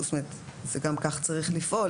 זה גם כך צריך לפעול.